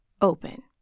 open